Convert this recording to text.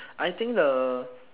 I think the